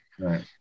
right